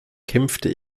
kämpfte